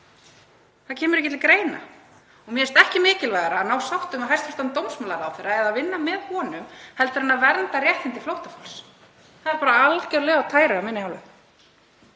Það kemur ekki til greina. Mér finnst ekki mikilvægara að ná sáttum við hæstv. dómsmálaráðherra eða vinna með honum heldur en að vernda réttindi flóttafólks. Það er algjörlega á tæru af minni hálfu.